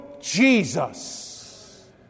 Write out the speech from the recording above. jesus